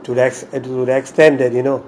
to the ex~ to the extent that you know